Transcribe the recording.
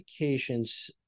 medications